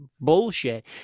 bullshit